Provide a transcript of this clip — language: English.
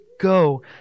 go